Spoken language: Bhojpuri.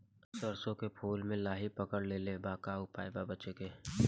सरसों के फूल मे लाहि पकड़ ले ले बा का उपाय बा बचेके?